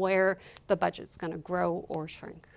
where the budget is going to grow or shrink